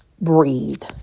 breathe